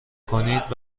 کنید